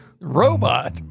Robot